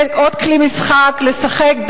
זה עוד כלי משחק לשחק,